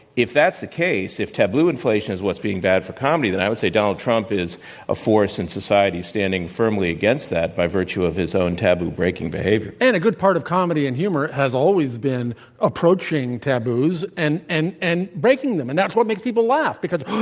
if that's the case, if taboo inflation is what's being bad for comedy, then i would say donald trump is a force in society standing firmly against that by virtue of his own taboo-breaking behavior. and a good part of comedy and humor has always been approaching taboos and and breaking them, and that's what makes people laugh, because,